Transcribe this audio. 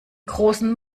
großen